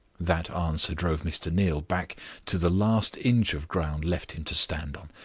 that answer drove mr. neal back to the last inch of ground left him to stand on.